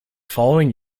following